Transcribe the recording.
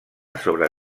sobre